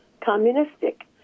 communistic